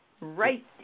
right